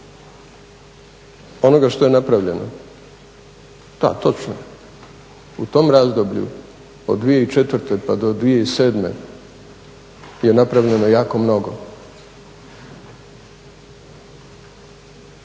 onoga što je napravljeno, da točno, u tom razdoblju od 2004. pa do 2007. je napravljeno jako mnogo.